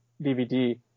DVD